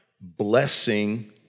blessing